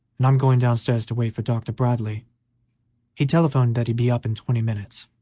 and i'm going downstairs to wait for dr. bradley he telephoned that he'd be up in twenty minutes.